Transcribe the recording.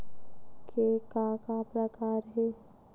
के का का प्रकार हे?